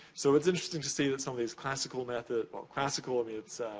so, it's interesting to see that some of these classical methods, by classical, um it's